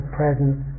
presence